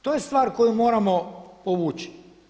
To je stvar koju moramo povući.